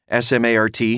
SMART